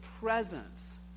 presence